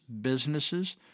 businesses